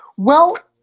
well,